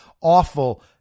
awful